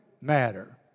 matter